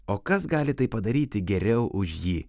o kas gali tai padaryti geriau už jį